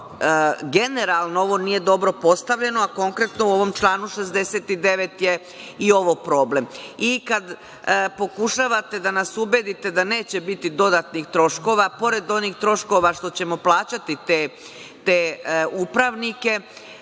ovo nije dobro postavljeno, a konkretno u ovom članu 69. je i ovo problem. I kad pokušavate da nas ubedite da neće biti dodatnih troškova, pored onih troškova što ćemo plaćati te upravnike,